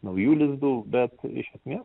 naujų lizdų bet iš esmės